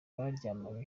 baryamanye